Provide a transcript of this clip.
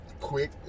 Quick